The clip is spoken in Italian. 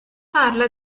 parla